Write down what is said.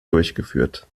durchgeführt